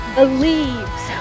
believes